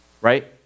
Right